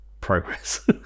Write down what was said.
progress